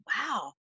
wow